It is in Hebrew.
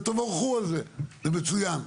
תבורכו על זה, זה מצוין,